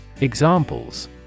Examples